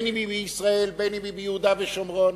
אם מישראל ואם מיהודה ושומרון,